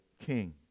king